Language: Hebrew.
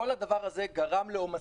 כל הדבר הזה גרם לעומסים.